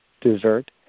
dessert